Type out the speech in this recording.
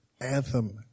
anthem